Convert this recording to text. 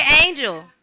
Angel